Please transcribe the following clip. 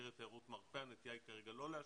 במסגרת תיירות מרפא, הנטייה היא כרגע לא לאשר.